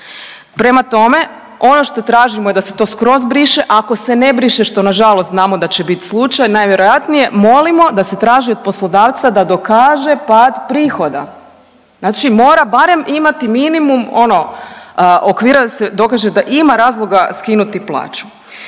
Prema tome, ono što tražimo je da se to skroz briše, ako se ne briše, što nažalost znamo da će biti slučaj, najvjerojatnije molimo da se traži od poslodavca da dokaže pad prihoda. Znači mora barem imati minimum ono okvira da se dokaže da ima razloga skinuti plaću.